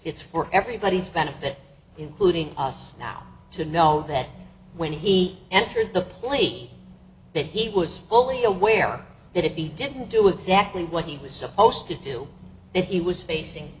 it's for everybody's benefit including us now to know that when he entered the plate that he was fully aware that if he didn't do exactly what he was supposed to do if he was facing